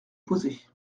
posée